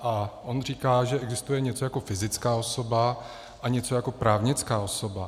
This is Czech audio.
A on říká, že existuje něco jako fyzická osoba a něco, jako právnická osoba.